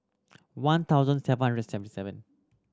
one thousand seven hundred seventy seven